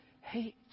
hate